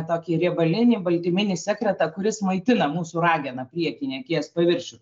tokį riebalinį baltyminį sekretą kuris maitina mūsų rageną priekinį akies paviršių